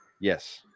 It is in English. Yes